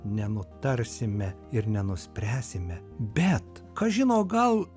nenutarsime ir nenuspręsime bet kas žino gal